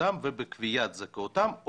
זכאותם ובקביעת זכאותם,